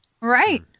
right